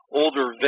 older